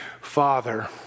Father